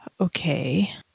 Okay